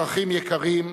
אזרחים יקרים,